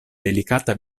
delikata